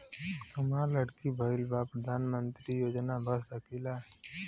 हमार लड़की भईल बा प्रधानमंत्री योजना भर सकीला?